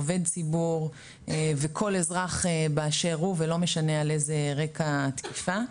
עובד ציבור וכל אזרח באשר הוא ולא משנה על איזו רקע התקיפה.